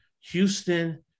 Houston